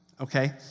okay